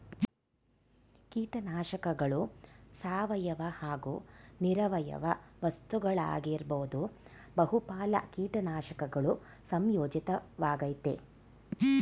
ಕೀಟನಾಶಕಗಳು ಸಾವಯವ ಹಾಗೂ ನಿರವಯವ ವಸ್ತುಗಳಾಗಿರ್ಬೋದು ಬಹುಪಾಲು ಕೀಟನಾಶಕಗಳು ಸಂಯೋಜಿತ ವಾಗಯ್ತೆ